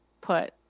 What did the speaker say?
put